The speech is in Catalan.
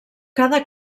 cada